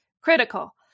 critical